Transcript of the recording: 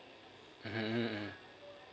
mmhmm